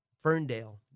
Ferndale